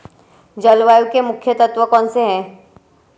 जलवायु के मुख्य तत्व कौनसे हैं?